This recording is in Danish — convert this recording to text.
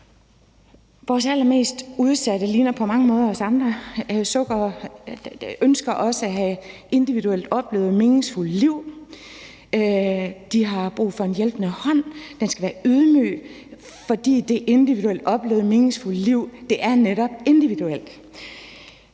os andre. De ønsker også at have et individuelt oplevet meningsfuldt liv. De har brug for en hjælpende hånd, og den skal være ydmyg, fordi det individuelt oplevede meningsfulde liv netop er individuelt.